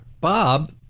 Bob